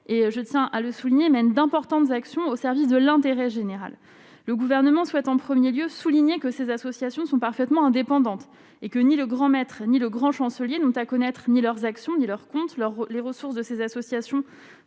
et je tiens à le souligner, même d'importantes actions au service de l'intérêt général, le gouvernement souhaite en 1er lieu souligner que ces associations sont parfaitement indépendante et que ni le grand maître ni le grand chancelier n'ont à connaître ni leurs actions, leur compte leur les ressources de ces associations